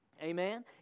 Amen